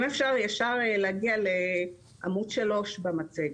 אם אפשר להגיע לעמוד 3 במצגת.